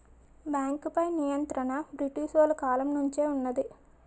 బేంకుపై నియంత్రణ బ్రిటీసోలు కాలం నుంచే వున్నది